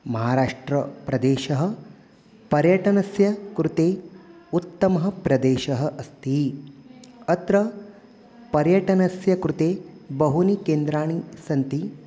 महाराष्ट्रप्रदेशः पर्यटनस्य कृते उत्तमः प्रदेशः अस्ति अत्र पर्यटनस्य कृते बहूनि केन्द्राणि सन्ति